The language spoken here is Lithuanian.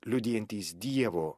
liudijantys dievo